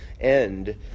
end